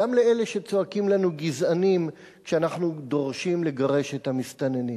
גם לאלה שצועקים לנו "גזענים" כשאנחנו דורשים לגרש את המסתננים.